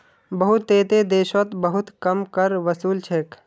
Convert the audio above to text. बहुतेते देशोत बहुत कम कर वसूल छेक